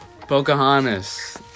Pocahontas